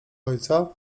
ojca